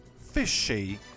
fishy